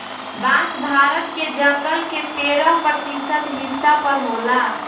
बांस भारत के जंगल के तेरह प्रतिशत हिस्सा पर होला